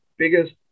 biggest